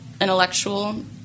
intellectual